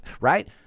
right